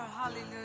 Hallelujah